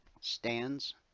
stands